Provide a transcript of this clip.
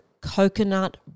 coconut